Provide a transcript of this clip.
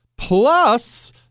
Plus